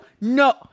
no